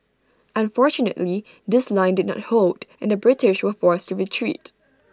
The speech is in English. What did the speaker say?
unfortunately this line did not hold and the British were forced to retreat